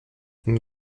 une